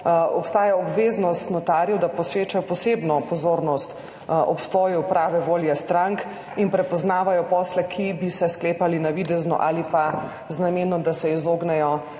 obstaja obveznost notarjev, da posvečajo posebno pozornost obstoju prave volje strank in prepoznavajo posle, ki bi se sklepali navidezno ali pa z namenom, da se stranke